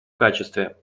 качестве